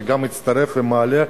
שגם הצטרף ומעלה,